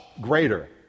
greater